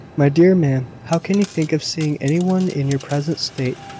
my dear ma'am, how can you think of seeing any one in your present state?